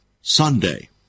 Sunday